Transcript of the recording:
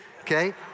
Okay